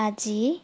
আজি